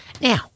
Now